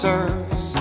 Serves